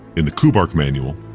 in the kubark manual,